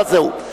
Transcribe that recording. כן.